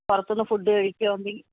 പുറത്ത് നിന്ന് ഫുഡ് കഴിക്കുവോ മീൻസ്